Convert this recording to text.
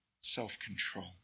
self-control